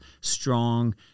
strong